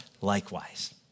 likewise